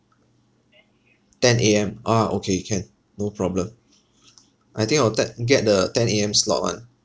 ten A_M ah okay can no problem I think I will tak~ get the ten A_M slot [one]